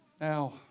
now